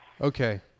Okay